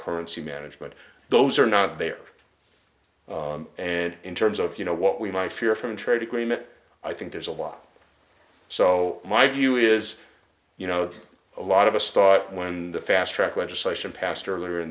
currency management those are not there and in terms of you know what we might hear from trade agreement i think there's a lot so my view is you know a lot of us thought when the fastrack legislation passed earlier in